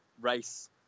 race